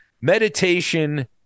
Meditation